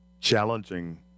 challenging